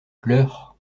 leur